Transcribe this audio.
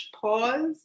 pause